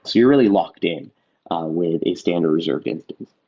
you're really locked-in with a standard reserved instance.